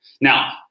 Now